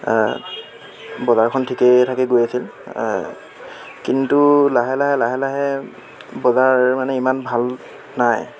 বজাৰখন ঠিকেই থাকে গৈ আছিল কিন্তু লাহে লাহে লাহে লাহে বজাৰ মানে ইমান ভাল নাই